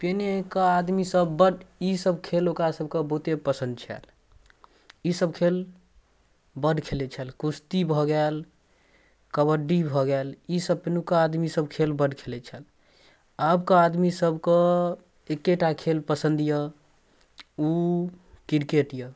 पहिलुका आदमीसभ बड़ ईसब खेल ओकरासभके बहुते पसन्द छल ईसब खेल बड़ खेलै छल कुश्ती भऽ गेल कबड्डी भऽ गेल ईसब पहिनुका आदमीसभ खेल बड़ खेलै छल आबके आदमीसभके एक्केटा खेल पसन्द अइ ओ किरकेट अइ